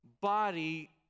body